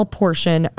portion